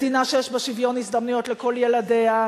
מדינה שיש בה שוויון הזדמנויות לכל ילדיה,